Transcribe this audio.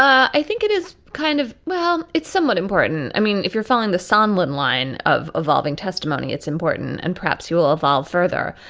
i think it is kind of well, it's somewhat important. i mean, if you're following the sandlin line of evolving testimony, it's important and perhaps you will evolve further.